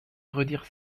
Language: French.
redire